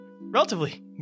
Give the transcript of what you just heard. relatively